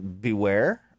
beware